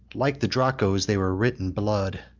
like the draco's, they were writ in blood.